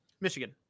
Michigan